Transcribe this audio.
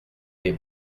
les